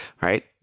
Right